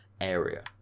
area